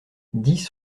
dix